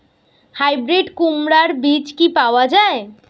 Hybrid কুমড়ার বীজ কি পাওয়া য়ায়?